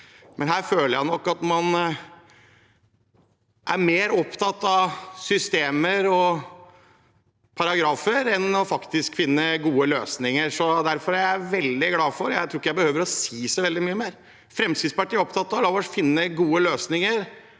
men her føler jeg nok at man er mer opptatt av systemer og paragrafer enn av faktisk å finne gode løsninger. Derfor er jeg veldig glad for – jeg tror ikke jeg behøver å si så mye mer – at Fremskrittspartiet er opptatt av at vi skal finne gode løsninger,